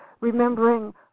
remembering